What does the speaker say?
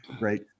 right